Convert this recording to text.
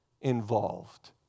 involved